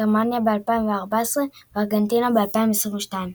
גרמניה ב-2014 וארגנטינה ב-2022.